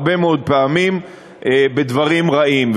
הרבה מאוד פעמים בדברים רעים.